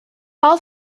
all